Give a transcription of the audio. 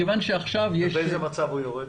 מתי הוא יורד?